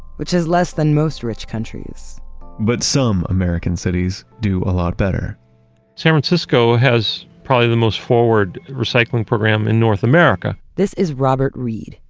which is less than most rich countries but some american cities do a lot better san francisco has probably the most forward recycling program in north america this is robert reed.